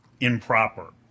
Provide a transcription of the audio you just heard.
improper